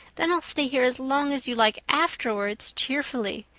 then i'll stay here as long as you like afterwards cheerfully.